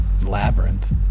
Labyrinth